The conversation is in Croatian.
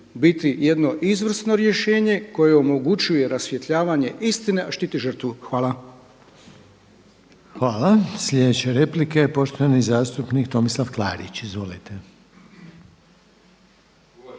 biti jedno izvrsno rješenje koje omogućuje rasvjetljavanje istine, a štiti žrtvu. Hvala. **Reiner, Željko (HDZ)** Hvala. Sljedeća replika je poštovanog zastupnika Tomislava Klarića. Izvolite.